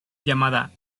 llamada